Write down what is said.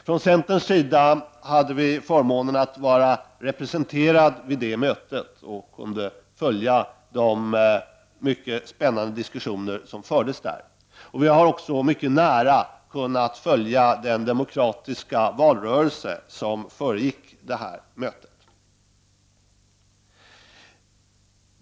Från centerns sida hade vi förmånen att vara representerade vid det mötet och följa de mycket spännande diskussioner som fördes där. Vi har också mycket nära kunnat följa den demokratiska valrörelse som föregick mötet.